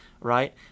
right